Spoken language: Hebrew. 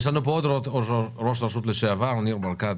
עוד ראש רשות מקומית לשעבר, ניר ברקת,